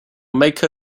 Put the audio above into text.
make